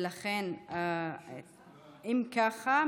אם ככה,